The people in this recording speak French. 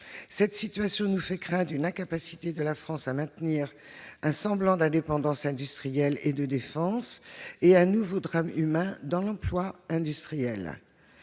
Cette situation nous fait craindre une incapacité de la France à maintenir un semblant d'indépendance industrielle et de défense et un nouveau drame humain dans l'emploi industriel.